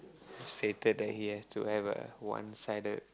fated that he have to have a one sided